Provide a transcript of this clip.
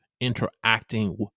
interacting